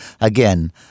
again